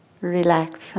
relax